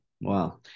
wow